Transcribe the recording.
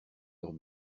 leurs